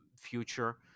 future